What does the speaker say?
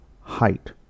height